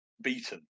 beaten